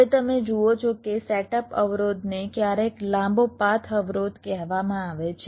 હવે તમે જુઓ છો કે સેટઅપ અવરોધને ક્યારેક લાંબો પાથ અવરોધ કહેવામાં આવે છે